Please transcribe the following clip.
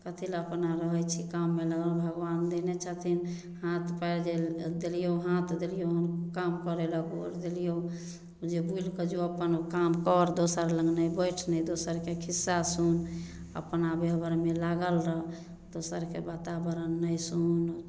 कथी लए अपना रहै छी काममे लागल भगबान देने छथिन हाथ पएर जे देलियौ हाथ देलियौ हन काम करे लए गोर देलियौ जे बुलिके जो अपन काम कर दोसर लग नहि बैठ नहि दोसरके खिस्सा सुन अपना व्यवहारमे लागल रहऽ दोसरके बाताबरण नहि सुन